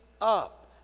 up